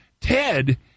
Ted